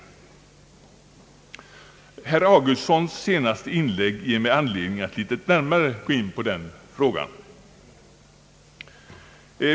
Herr Augustssons inlägg ger mig anledning att litet närmare gå in på den frågan.